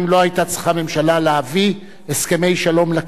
צריכה הממשלה להביא הסכמי שלום לכנסת.